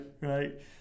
right